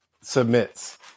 submits